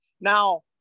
Now